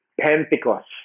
Pentecost